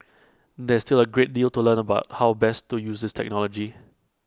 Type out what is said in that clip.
there is still A great deal to learn about how best to use this technology